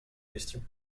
question